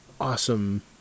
awesome